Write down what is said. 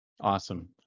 Awesome